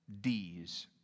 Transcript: D's